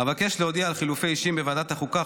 אבקש להודיע על חילופי אישים בוועדת החוקה,